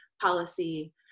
policy